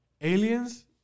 Aliens